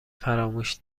فراموش